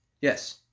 Yes